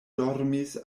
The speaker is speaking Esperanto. dormis